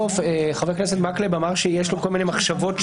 חבר הכנסת מקלב אמר שיש לו כל מיני מחשבות שונות,